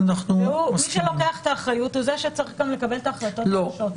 ומי שלוקח את האחריות הוא זה שצריך לקבל גם את ההחלטות הקשות.